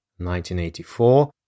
1984